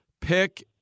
pick